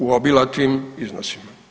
U obilatim iznosima.